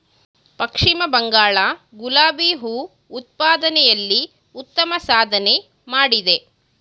ಪಶ್ಚಿಮ ಬಂಗಾಳ ಗುಲಾಬಿ ಹೂ ಉತ್ಪಾದನೆಯಲ್ಲಿ ಉತ್ತಮ ಸಾಧನೆ ಮಾಡಿದೆ